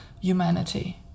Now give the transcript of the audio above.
humanity